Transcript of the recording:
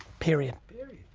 period. period.